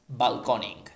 Balconing